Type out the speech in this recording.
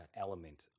element